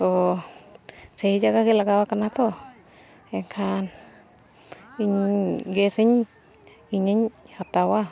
ᱛᱚ ᱥᱟᱹᱦᱤ ᱡᱟᱜᱟᱜᱮ ᱞᱟᱜᱟᱣ ᱟᱠᱟᱱᱟ ᱛᱚ ᱮᱱᱷᱟᱱ ᱤᱧ ᱜᱮᱥ ᱤᱧ ᱤᱧᱼᱤᱧ ᱦᱟᱛᱟᱣᱟ